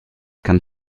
kann